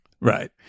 right